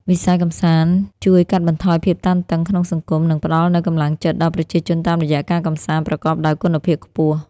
វិស័យកម្សាន្តជួយកាត់បន្ថយភាពតានតឹងក្នុងសង្គម និងផ្ដល់នូវកម្លាំងចិត្តដល់ប្រជាជនតាមរយៈការកម្សាន្តប្រកបដោយគុណភាពខ្ពស់។